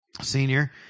senior